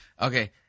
Okay